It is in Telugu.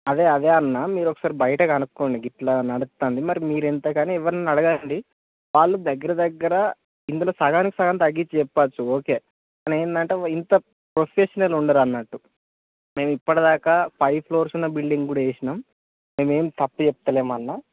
అదే అదే అన్నా మీరు ఒకసారి బయట కనుక్కోండి ఇలా నడుస్తుంది మరి మీరు ఎంతకని మీరు ఎవరినైనా అడగండి వాళ్ళు దగ్గర దగ్గర ఇందులో సగానికి సగం తగ్గించి చెప్పా వచ్చు ఓకే కాని ఏంటంటే ఇంత ప్రొఫెషనల్ ఉండరు అన్నట్టు మేము ఇప్పటి దాకా ఫైవ్ ఫ్లోర్స్ ఉన్న బిల్డింగ్ కూడా చేసాము మేమేం తప్పు చెప్పటం లేదు అన్నా